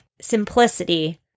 simplicity